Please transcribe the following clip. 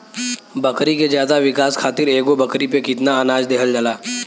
बकरी के ज्यादा विकास खातिर एगो बकरी पे कितना अनाज देहल जाला?